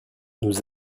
nous